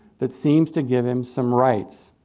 that seems to give him some rights.